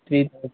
three